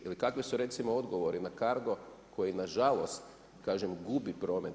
Ili kakvi su recimo odgovori na CARGO koji na žalost kažem gubi promet.